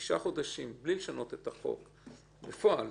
בתשעת החודשים, בלי לשנות את החוק, בפועל,